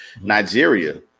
nigeria